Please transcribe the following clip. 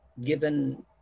given